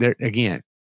again